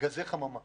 גזי חממה.